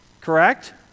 Correct